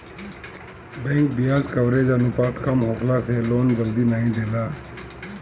bank बियाज coverage अनुपात कम होखला से लोन जल्दी नाइ देला